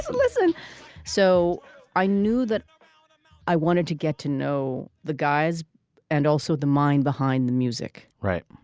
listen so i knew that i wanted to get to know the guys and also the mind behind the music right.